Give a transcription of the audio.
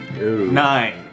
Nine